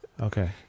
Okay